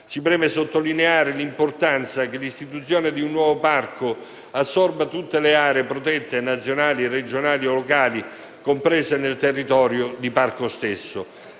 Ci preme sottolineare l'importanza che l'istituzione di un nuovo parco assorba tutte le aree protette, nazionali, regionali o locali, comprese nel territorio del parco stesso.